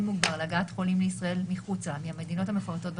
מוגבר להגעת חולים לישראל מחוצה לה מהמדינות המפורטות בתוספת,